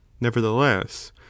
Nevertheless